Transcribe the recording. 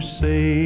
say